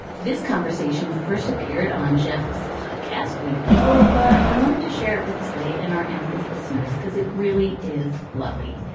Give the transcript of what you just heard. this conversation first appeared on jeff's cast, we the people. but i wanted to share it with slate in our amicus listeners because it really is lovely.